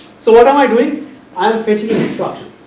so, what am i doing? i am fetching an instruction